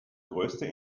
größte